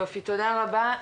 תודה רבה.